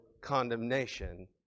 condemnation